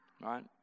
right